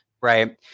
right